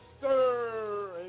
sir